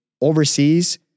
overseas